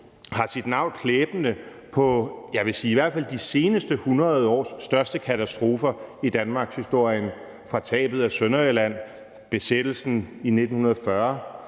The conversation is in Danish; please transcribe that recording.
hvert fald de seneste 100 års største katastrofer i danmarkshistorien – fra tabet af Sønderjylland, besættelsen i 1940,